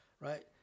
Right